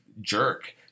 jerk